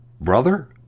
brother